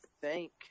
thank